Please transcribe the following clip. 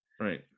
right